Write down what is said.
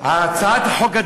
הצעת החוק,